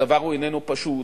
הדבר איננו פשוט.